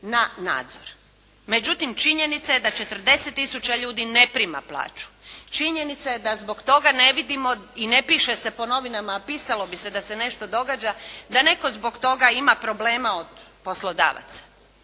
na nadzor. Međutim činjenica je da 40 tisuća ljudi ne prima plaću. Činjenica je da zbog toga ne vidimo i ne piše se po novinama, a pisalo bi se da se nešto događa, da netko zbog toga ima problema od poslodavaca.